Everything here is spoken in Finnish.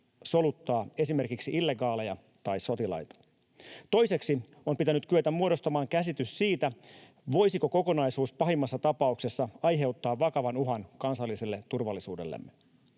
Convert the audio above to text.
soluttaa esimerkiksi illegaaleja tai sotilaita. Toiseksi on pitänyt kyetä muodostamaan käsitys siitä, voisiko kokonaisuus pahimmassa tapauksessa aiheuttaa vakavan uhan kansalliselle turvallisuudellemme.